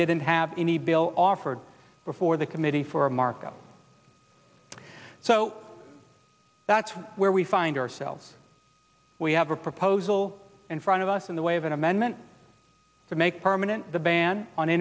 didn't have any bill offered before the committee for marco so that's where we find ourselves we have a proposal in front of us in the way of an amendment to make permanent the ban on